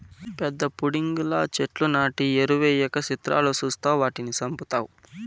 పెద్ద పుడింగిలా చెట్లు నాటి ఎరువెయ్యక సిత్రాలు సూస్తావ్ వాటిని సంపుతావ్